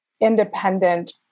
independent